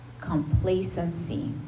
complacency